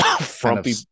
frumpy